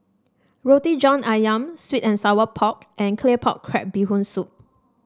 Roti John ayam sweet and Sour Pork and Claypot Crab Bee Hoon Soup